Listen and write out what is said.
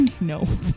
No